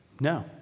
No